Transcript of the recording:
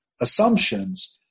assumptions